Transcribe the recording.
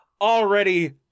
already